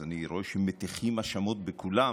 אז אני רואה שמטיחים האשמות בכולם